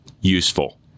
Useful